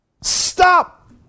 Stop